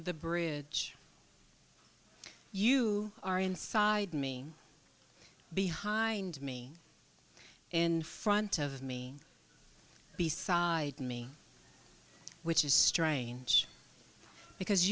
the bridge you are inside me behind me in front of me beside me which is strange because